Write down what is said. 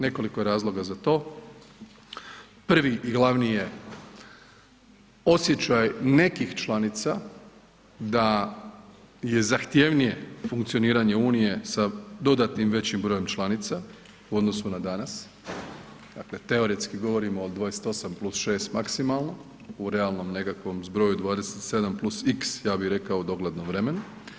Nekoliko je razloga za to, prvi i glavni je osjećaj nekih članica da je zahtjevnije funkcioniranje Unije sa dodatnim većim brojem članica u odnosu na danas, dakle teoretski govorimo o 28+6 maksimalno u realnom nekakvom zbroju 27+x ja bih rekao u doglednom vremenu.